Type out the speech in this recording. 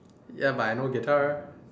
ya but I know guitar